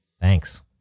Thanks